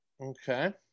Okay